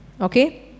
Okay